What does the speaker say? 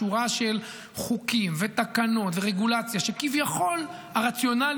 שורה של חוקים ותקנות ורגולציה שכביכול הרציונלים